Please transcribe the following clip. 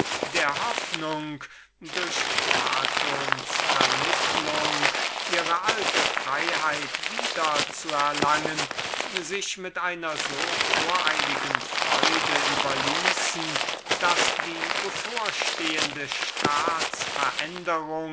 der hoffnung durch vermittlung des platon ihre alte freiheit wieder zu erlangen mit einer so voreiligen freude sich überließen daß die bevorstehende